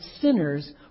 sinners